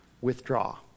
withdraw